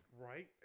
Right